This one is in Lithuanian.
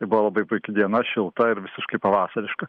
buvo labai puiki diena šilta ir visiškai pavasariška